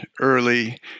early